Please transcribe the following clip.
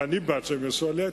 ואני בעד שהם יעשו עלייה,